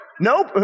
Nope